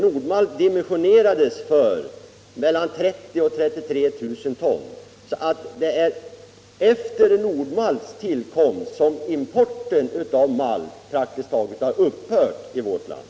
Nord-Malt dimensionerades därför för 30 000-33 000 ton. De är således efter Nord-Malts tillkomst som importen av malt praktiskt taget har upphört i vårt land.